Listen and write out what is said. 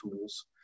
tools